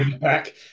Back